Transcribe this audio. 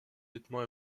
nettement